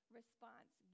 response